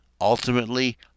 Ultimately